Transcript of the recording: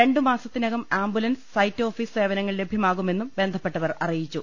രുമാസത്തിനകം ambulance site office സേവനങ്ങൾ ലഭ്യമാകുമെന്നും ബന്ധപ്പെട്ടവർ അറിയിച്ചു